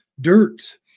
dirt